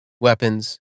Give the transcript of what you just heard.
weapons